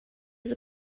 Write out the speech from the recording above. his